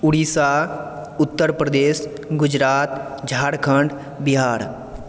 Orissa Uttar Pradesh Gujarat Jharkhand Bihar